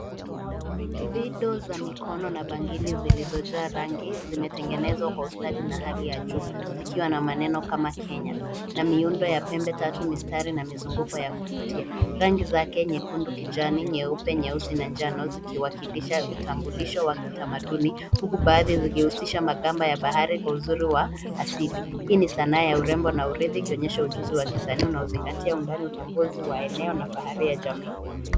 Video za mikono na zilizojaa rangi zimetengenezwa kwa ustadi na hali ya juu zikiwa na maneno kama kenya na miundo ya pembe tatu mistari na mizunguko ya kuvutia. Rangi zake nyekundu kijani, nyeupe, nyeusi na njano zikiwasisha utambulisho wa kitamaduni huku baadhi zikihusisha makamba ya bahari kwa uzuri wa asili. Hii ni sanaa wa urembo na urithi ikionyesha ujuzi wa kisanii unaozingatia undani utambuzi wa eneo na ya jamii.